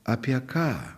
apie ką